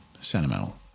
sentimental